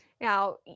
Now